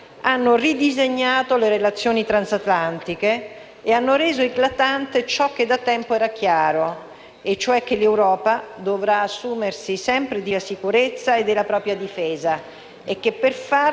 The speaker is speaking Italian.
hanno ridisegnato le relazioni transatlantiche e hanno reso eclatante ciò che da tempo era chiaro, e cioè che l'Europa dovrà assumere sempre di più su sé stessa la responsabilità della propria sicurezza e della propria difesa e che per farlo dovrà accelerare il processo di integrazione politica ed economica.